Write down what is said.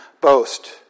boast